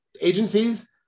agencies